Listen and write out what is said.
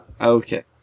Okay